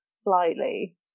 slightly